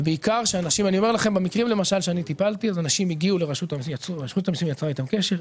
ובעיקר במקרים שטיפלתי רשות המיסים יצרה עם אנשים קשר,